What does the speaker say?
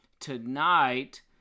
tonight